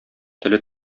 теле